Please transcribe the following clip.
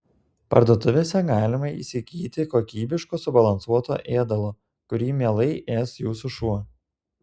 parduotuvėse galima įsigyti kokybiško subalansuoto ėdalo kurį mielai ės jūsų šuo